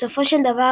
בסופו של דבר,